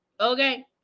Okay